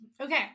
okay